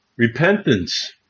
Repentance